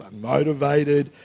unmotivated